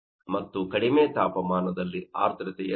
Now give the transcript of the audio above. ಮತ್ತು ಕಡಿಮೆ ತಾಪಮಾನದಲ್ಲಿ ಆರ್ದ್ರತೆ ಏಷ್ಟು